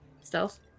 Stealth